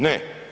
Ne.